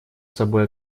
собой